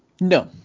No